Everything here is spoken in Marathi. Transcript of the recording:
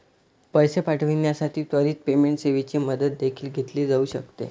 पैसे पाठविण्यासाठी त्वरित पेमेंट सेवेची मदत देखील घेतली जाऊ शकते